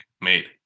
made